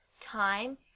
time